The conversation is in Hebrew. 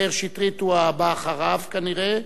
מאיר שטרית הוא הבא אחריו כנראה.